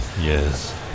Yes